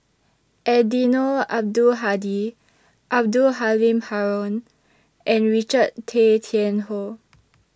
Eddino Abdul Hadi Abdul Halim Haron and Richard Tay Tian Hoe